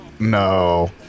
No